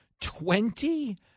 Twenty